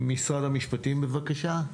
משרד המשפטים בבקשה.